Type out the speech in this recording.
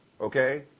Okay